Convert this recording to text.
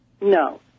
no